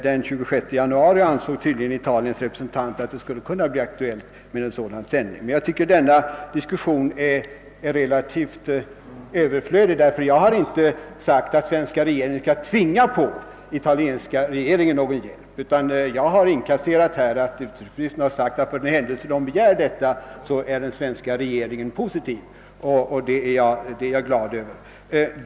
Den 26 januari ansåg tydligen Italiens representant i alla fall att det skulle kunna bli aktuellt med en sådan hjälp. Denna diskussion förefaller mig relativt överflödig. Jag har inte krävt att den svenska regeringen skulle tvinga på den italienska regeringen någon hjälp, utan jag har konstaterat att utrikesministern har sagt att för den händelse den begär hjälp ställer sig den svenska regeringen positiv. Det är jag glad över.